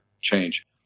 change